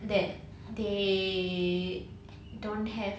then they don't have